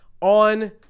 on